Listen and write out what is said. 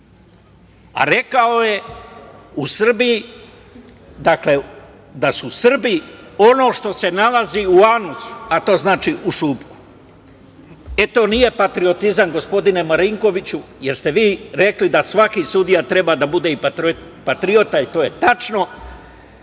rekao je da su Srbi ono što se nalazi u anusu, a to znači u šupak. To nije patriotizam, gospodine Marinkoviću, jer ste vi rekli da svaki sudija treba da bude patriota, i to je tačno,